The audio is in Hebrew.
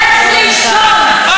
לך לישון,